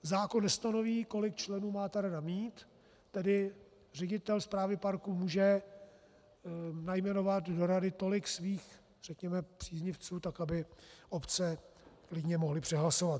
Zákon nestanoví, kolik členů má ta rada mít, tedy ředitel správy parku může najmenovat do rady tolik svých příznivců, tak aby obce klidně mohli přehlasovat.